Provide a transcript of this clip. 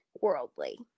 worldly